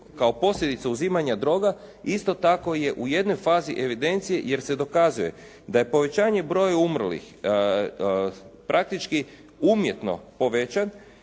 kao posljedica uzimanja droga isto tako je u jednoj fazi evidencije jer se dokazuje da je povećanje broja umrlih praktički umjetno povećan